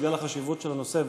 בגלל החשיבות של הנושא,